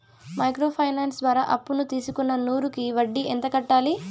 Micro finance ద్వారా అప్పును తీసుకున్న నూరు కి వడ్డీ ఎంత కట్టాలి?